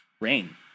rain